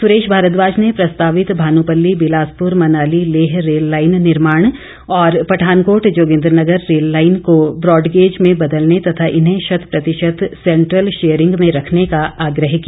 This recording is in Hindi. सुरेश भारद्वाज ने प्रस्तावित भानुपल्ली बिलासपुर मनाली लेह रेल लाईन निर्माण और पठानकोट जोगिंद्रनगर रेल लाईन को ब्राडग्रेज में बदलने तथा इन्हें शतप्रतिशत सेंट्रल शेयरिंग में रखने का आग्रह किया